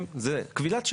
כאילו, אז